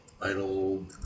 idle